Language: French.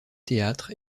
théâtre